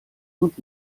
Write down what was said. und